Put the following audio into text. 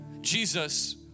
Jesus